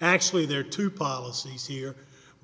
actually there are two policies here